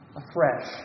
afresh